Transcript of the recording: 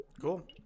cool